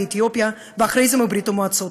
מאתיופיה ואחרי זה מברית-המועצות,